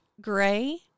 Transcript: gray